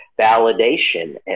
validation